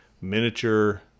miniature